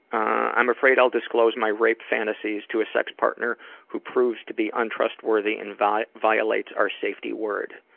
i'm afraid i'll disclose my rape fantasies to sex partner who proves to be untrustworthy and violates violates our safety word.